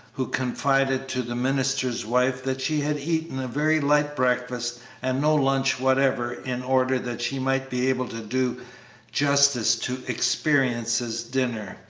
who confided to the minister's wife that she had eaten a very light breakfast and no lunch whatever in order that she might be able to do justice to experience's dinner.